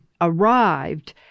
arrived